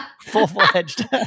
full-fledged